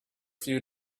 few